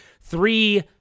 three